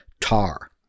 Tar